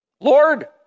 Lord